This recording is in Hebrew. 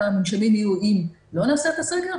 כמה מונשמים יהיו אם לא נעשה את הסגר,